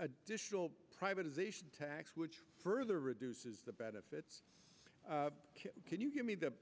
additional privatization tax which further reduces the benefits can you give me the